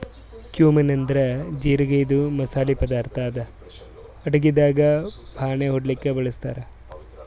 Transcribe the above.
cumin ಅಂದ್ರ ಜಿರಗಿ ಇದು ಮಸಾಲಿ ಪದಾರ್ಥ್ ಅದಾ ಅಡಗಿದಾಗ್ ಫಾಣೆ ಹೊಡ್ಲಿಕ್ ಬಳಸ್ತಾರ್